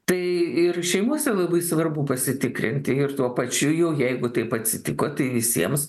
tai ir šeimose labai svarbu pasitikrinti ir tuo pačiu jau jeigu taip atsitiko tai visiems